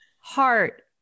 heart